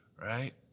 right